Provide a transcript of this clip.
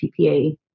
PPA